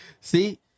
See